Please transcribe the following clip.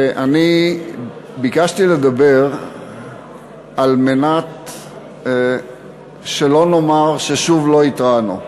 אני ביקשתי לדבר כדי שלא נאמר ששוב לא התרענו.